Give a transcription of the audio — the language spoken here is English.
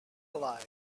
lie